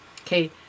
okay